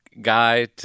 guy